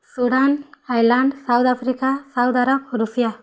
Sudan Ireland South Africa Saudi Arabia Russia